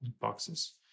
boxes